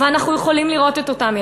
ואנחנו יכולים לראות את אותם ילדים,